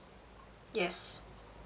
yes